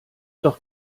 doch